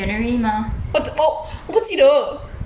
january mah